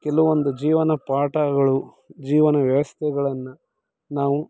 ಕೆಲವೊಂದು ಜೀವನ ಪಾಠಗಳು ಜೀವನ ವ್ಯವಸ್ಥೆಗಳನ್ನು ನಾವು